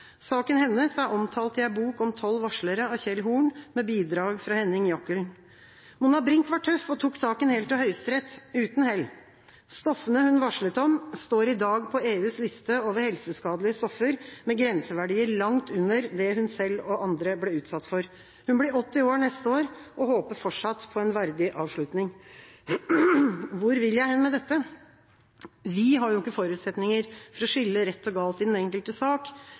Saken hennes er omtalt i ei bok om tolv varslere av Kjell Horn, med bidrag fra Henning Jakhelln. Monna Brinch var tøff og tok saken helt til Høyesterett – uten hell. Stoffene hun varslet om, står i dag på EUs liste over helseskadelige stoffer med grenseverdier langt under det hun selv og andre ble utsatt for. Hun blir 80 år neste år og håper fortsatt på en verdig avslutning. Hvor vil jeg med dette? Vi har jo ikke forutsetninger for å skille rett og galt i den enkelte sak.